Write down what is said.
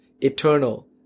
eternal